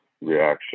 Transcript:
reaction